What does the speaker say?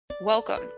Welcome